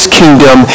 kingdom